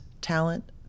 talent